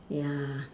ya